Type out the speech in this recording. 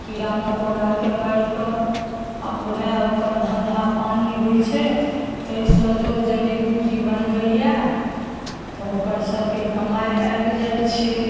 कीड़ा मकोड़ाके मारि कऽ आ वएह ओकर धन्धा पानि होइ छै तै सँ जो जड़ी बूटी बनबैये तऽ ओकर सबके कमाइ आइब जाइ छै